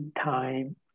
time